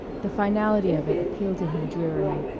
the finality of it appealed to him drearily.